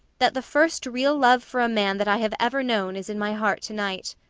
that the first real love for a man that i have ever known, is in my heart to-night.